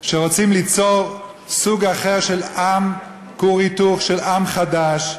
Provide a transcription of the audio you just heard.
שרוצים ליצור סוג אחר של עם, כור היתוך של עם חדש.